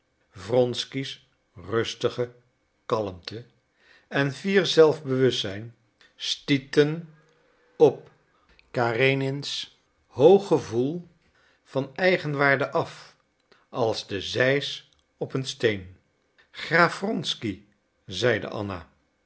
wronsky's rustige kalmte en fier zelfbewustzijn stieten op karanins hoog gevoel van eigenwaarde af als de zeis op een steen graaf wronsky zeide anna